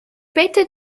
better